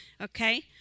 Okay